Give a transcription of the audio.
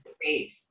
great